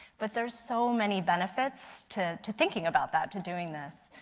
but there is so many benefits to to thinking about that, to doing this.